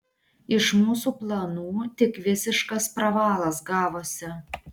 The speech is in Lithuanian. iš mūsų planų tik visiškas pravalas gavosi